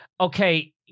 okay